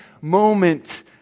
moment